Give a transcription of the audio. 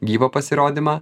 gyvą pasirodymą